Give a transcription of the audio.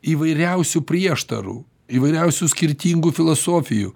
įvairiausių prieštarų įvairiausių skirtingų filosofijų